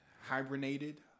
hibernated